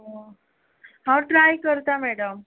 हांव ट्राय करता मॅडम